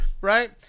right